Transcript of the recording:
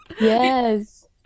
Yes